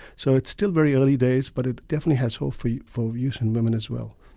so it's still very early days but it definitely has hope for yeah for use in women as well.